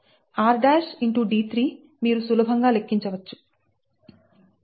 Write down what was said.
rd3 మీరు సులభంగా లెక్కించవచ్చు